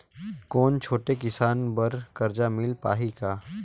कौन छोटे किसान बर कर्जा मिल पाही ग?